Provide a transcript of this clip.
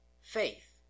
Faith